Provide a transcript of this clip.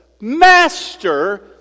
Master